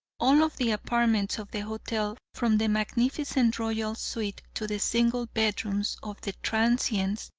all of the apartments of the hotel, from the magnificent royal suite to the single bedrooms of the transients,